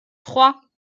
trois